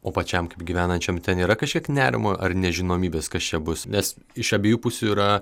o pačiam kaip gyvenančiam ten yra kažkiek nerimo ar nežinomybės kas čia bus nes iš abiejų pusių yra